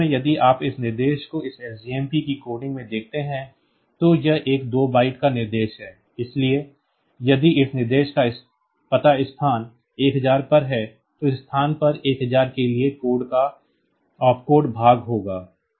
तो वास्तव में यदि आप इस निर्देश को इस SJMP की कोडिंग में देखते हैं तो यह एक 2 बाइट का निर्देश है इसलिए यदि इस निर्देश का पता स्थान 1000 पर है तो इस स्थान पर 1000 के लिए कोड का ऑप कोड भाग होगा